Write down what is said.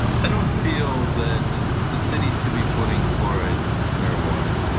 i don't feel that the city should be putting fluoride in our water.